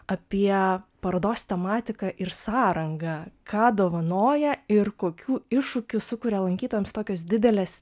apie parodos tematiką ir sąrangą ką dovanoja ir kokių iššūkių sukuria lankytojams tokios didelės